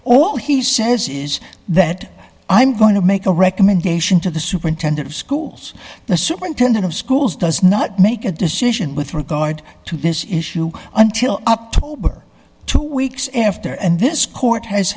all he says is that i'm going to make a recommendation to the superintendent of schools the superintendent of schools does not make a decision with regard to this issue until october two weeks after and this court has